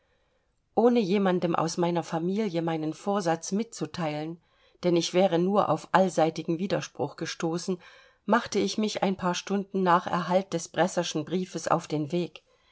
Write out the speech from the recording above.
ohne jemandem aus meiner familie meinen vorsatz mitzuteilen denn ich wäre nur auf allseitigen widerspruch gestoßen machte ich mich ein paar stunden nach erhalt des bresserschen briefes auf den weg